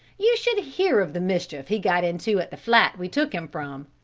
you should hear of the mischief he got into at the flat we took him from.